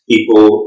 People